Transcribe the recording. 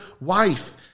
wife